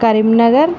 Karimnagar